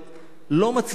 לא מצליחים